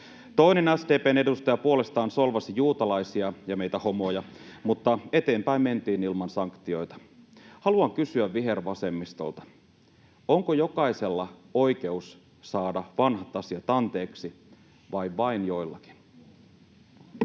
Toinen SDP:n edustaja puolestaan solvasi juutalaisia ja meitä homoja, mutta eteenpäin mentiin ilman sanktioita. Haluan kysyä vihervasemmistolta: onko jokaisella oikeus saada vanhat asiat anteeksi vai vain joillakin?